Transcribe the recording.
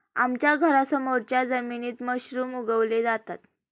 आमच्या घरासमोरच्या जमिनीत मशरूम उगवले जातात